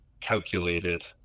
calculated